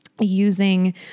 using